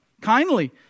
kindly